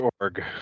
org